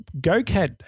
GoCat